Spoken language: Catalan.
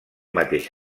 mateix